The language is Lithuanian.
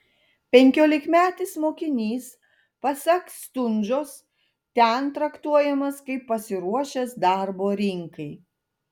penkiolikmetis mokinys pasak stundžos ten traktuojamas kaip pasiruošęs darbo rinkai